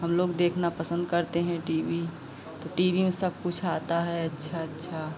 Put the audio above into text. हमलोग देखना पसन्द करते हैं टी वी तो टी वी में सबकुछ आता है अच्छा अच्छा